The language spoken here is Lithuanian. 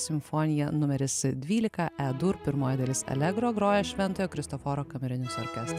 simfonija numeris dvylika e dur pirmoji dalis allegro groja šventojo kristoforo kamerinis orkestras